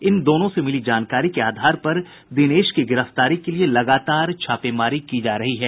इन दोनों से मिली जानकारी के आधार पर दिनेश की गिरफ्तारी के लिये लगातार छापेमारी की जा रही है